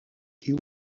kiu